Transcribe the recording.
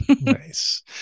Nice